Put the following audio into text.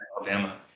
Alabama